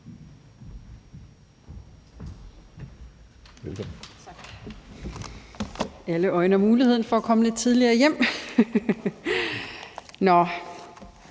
Alle øjner muligheden for at komme lidt tidligere hjem.